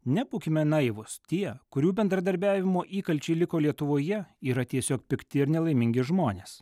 nebūkime naivūs tie kurių bendradarbiavimo įkalčiai liko lietuvoje yra tiesiog pikti ir nelaimingi žmonės